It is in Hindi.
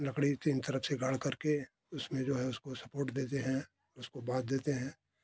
लकड़ी तीन तरफ से गाड़ करके उसमें जो है उसको सपोर्ट देते हैं उसको बांध देते हैं